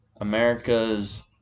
America's –